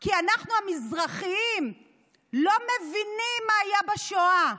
כי אנחנו המזרחים לא מבינים מה היה בשואה,